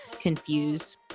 confuse